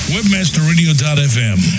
WebmasterRadio.fm